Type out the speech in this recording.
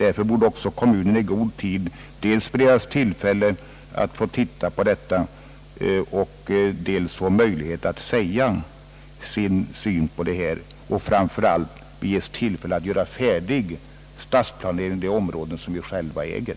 Därför borde också kommunen i god tid dels beredas tillfälle att få titta på materialet och dels få möjlighet att framlägga sin syn på det samt framför allt ges tillfälle att färdigställa stadsplaneringen av de områden som de själva äger.